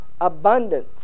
abundance